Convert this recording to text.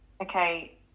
okay